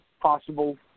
possible